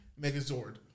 Megazord